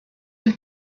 have